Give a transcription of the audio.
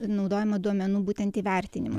naudojama duomenų būtent įvertinimui